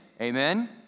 amen